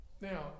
Now